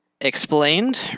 explained